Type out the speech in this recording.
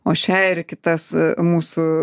o šią ir kitas mūsų